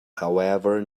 however